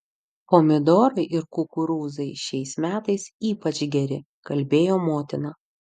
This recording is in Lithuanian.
pomidorai ir kukurūzai šiais metais ypač geri kalbėjo motina